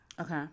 Okay